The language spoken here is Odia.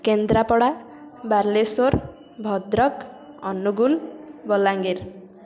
କେନ୍ଦ୍ରାପଡା ବାଲେଶ୍ୱର ଭଦ୍ରକ ଅନୁଗୁଳ ବଲାଙ୍ଗୀର